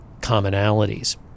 commonalities